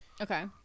Okay